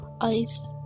ice